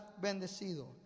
bendecido